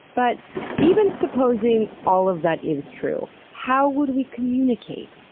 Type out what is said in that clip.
but even supposing all of that is true, how would we communicate?